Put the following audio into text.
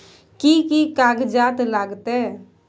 कि कि कागजात लागतै?